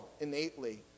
innately